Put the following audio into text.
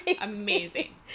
Amazing